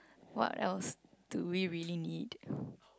what else do we really need